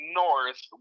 north